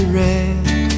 red